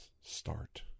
start